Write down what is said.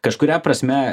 kažkuria prasme